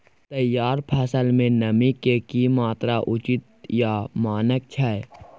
तैयार फसल में नमी के की मात्रा उचित या मानक छै?